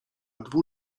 dwu